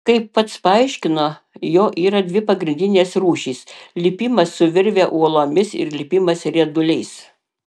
kaip pats paaiškino jo yra dvi pagrindinės rūšys lipimas su virve uolomis ir lipimas rieduliais